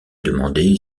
demander